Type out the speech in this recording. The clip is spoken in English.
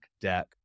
deck